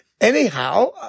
anyhow